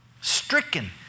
Stricken